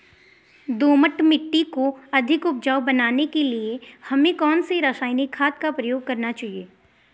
दोमट मिट्टी को अधिक उपजाऊ बनाने के लिए हमें कौन सी रासायनिक खाद का प्रयोग करना चाहिए?